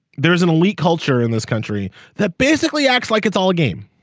there is an elite culture in this country that basically acts like it's all a game.